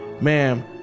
ma'am